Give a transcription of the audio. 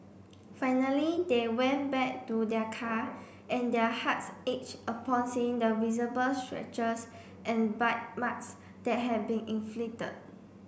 finally they went back to their car and their hearts aged upon seeing the visible scratches and bite marks that had been inflicted